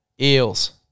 Eels